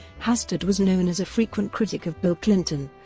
hastert was known as a frequent critic of bill clinton,